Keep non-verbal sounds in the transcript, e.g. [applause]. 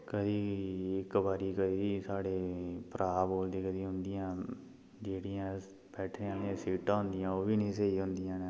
केईं इक बारी साढ़े [unintelligible] उंदियां जेह्ड़ियां बैठने आह्लियां सीटां होंदियां ओह् बी निं स्हेई होंदियां न